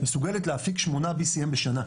מסוגלת להפיק 8 BCM בשנה,